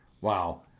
Wow